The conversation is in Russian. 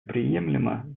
приемлемо